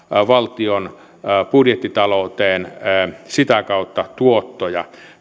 valtion budjettitalouteen sitä kautta tuottoja